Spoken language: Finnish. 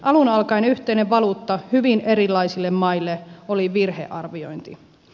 alun alkaen yhteinen valuutta hyvin erilaisille maille oli virhearviointi